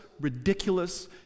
ridiculous